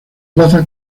plaza